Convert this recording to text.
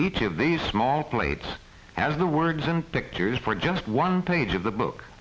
each of these small plates has the words and pictures for just one page of the book